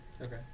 Okay